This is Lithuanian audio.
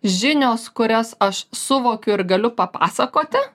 žinios kurias aš suvokiu ir galiu papasakoti